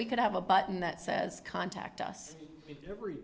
we could have a button that says contact us every